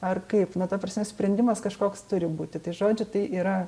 ar kaip na ta prasme sprendimas kažkoks turi būti tai žodžiu tai yra